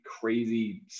crazy